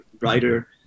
writer